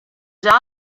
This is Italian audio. già